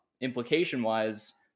implication-wise